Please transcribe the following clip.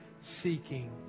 seeking